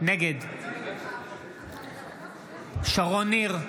נגד שרון ניר,